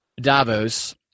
Davos